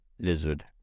lizard